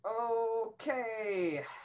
Okay